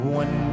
one